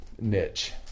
niche